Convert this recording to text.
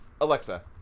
Alexa